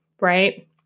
Right